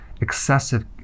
excessive